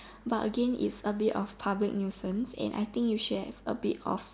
but again is a bit of public nuisance and I think you should have a bit of